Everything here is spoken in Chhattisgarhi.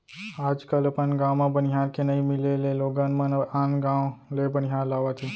आज कल अपन गॉंव म बनिहार के नइ मिले ले लोगन मन आन गॉंव ले बनिहार लावत हें